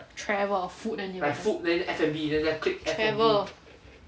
travel or food then they will travel